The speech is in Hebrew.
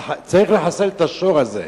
צריך לחסל את השור הזה,